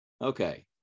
Okay